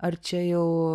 ar čia jau